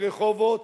ברחובות,